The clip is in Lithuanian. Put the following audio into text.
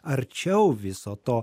arčiau viso to